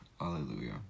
Hallelujah